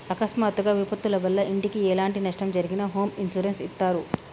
అకస్మాత్తుగా విపత్తుల వల్ల ఇంటికి ఎలాంటి నష్టం జరిగినా హోమ్ ఇన్సూరెన్స్ ఇత్తారు